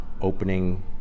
opening